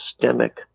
systemic